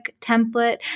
template